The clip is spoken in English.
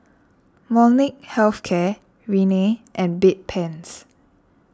Molnylcke Health Care Rene and Bedpans